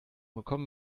bekommen